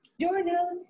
journal